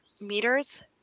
meters